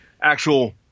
actual